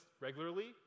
regularly